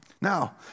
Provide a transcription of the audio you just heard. Now